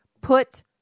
put